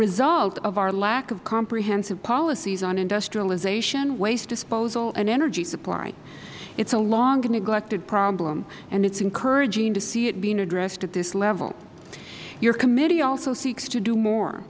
result of our lack of comprehensive policies on industrialization waste disposal and energy supply it is a long and neglected problem and it is encouraging to see it being addressed at this level your committee also seeks to do more